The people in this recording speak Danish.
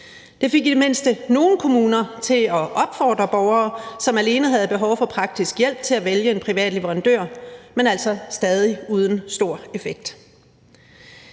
Det fik i det mindste nogle kommuner til at opfordre borgere, som alene havde behov for praktisk hjælp, til at vælge en privat leverandør, men altså stadig uden stor effekt.